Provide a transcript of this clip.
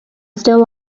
still